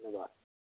धन्यवाद